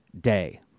day